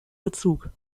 bezug